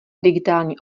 digitální